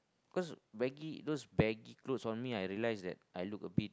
cause baggy those baggy cloth on me I realise that I look a bit